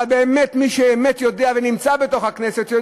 אבל מי שבאמת יודע ונמצא בתוך הכנסת יודע